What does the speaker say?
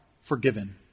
forgiven